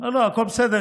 לא, לא, הכול בסדר.